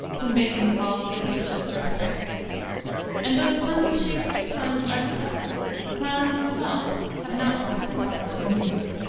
whom bacon called the great jester of france and though the puns of shakspere's clowns are detestable the clowns themselves have not lost their power to amuse.